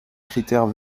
critères